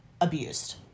abused